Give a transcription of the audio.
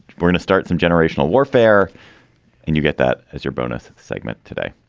we're gonna start some generational warfare and you get that as your bonus segment today